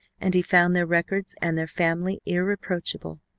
and he found their records and their family irreproachable.